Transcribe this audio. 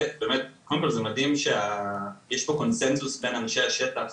קודם כל זה מדהים שיש פה קונצנזוס בין אנשי השטח,